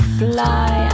fly